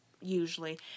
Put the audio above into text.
usually